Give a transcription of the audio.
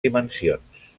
dimensions